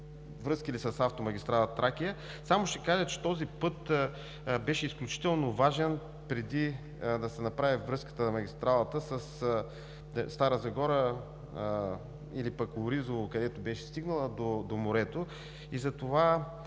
връзки ли са с автомагистрала „Тракия“ – само ще кажа, че този път беше изключително важен, преди да се направи връзката на магистралата със Стара Загора или пък Оризово, където беше стигнала, до морето.